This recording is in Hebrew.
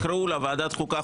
תקראו לה ועדת החוקה,